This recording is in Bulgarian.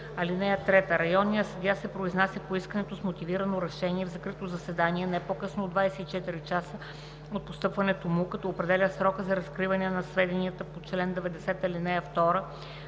(3) Районният съдия се произнася по искането с мотивирано решение в закрито заседание не по-късно от 24 часа от постъпването му, като определя срока за разкриване на сведенията по чл. 90, ал. 2.